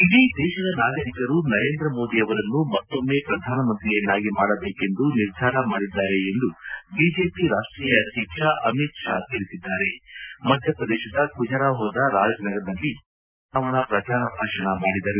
ಇಡೀ ದೇಶದ ನಾಗರಿಕರು ನರೇಂದ್ರ ಮೋದಿ ಅವರನ್ನು ಮತ್ತೊಮ್ಮೆ ಪ್ರಧಾನಮಂತ್ರಿಯನ್ನಾಗಿ ಮಾಡಬೇಕೆಂದು ನಿರ್ಧಾರ ಮಾಡಿದ್ದಾರೆ ಎಂದು ಬಿಜೆಪಿ ರಾಷ್ಟೀಯ ಅಧ್ಯಕ್ಷ ಅಮಿತ್ ಶಾ ತಿಳಿಸಿದ್ದಾರೆ ಮಧ್ಯಪ್ರದೇಶದ ಖುಜರಾಹೋದ ರಾಜನಗರ್ನಲ್ಲಿ ಅಮಿತ್ ಶಾ ಚುನಾವಣಾ ಪ್ರಚಾರ ಭಾಷಣ ಮಾಡಿದರು